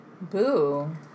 Boo